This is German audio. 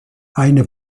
eine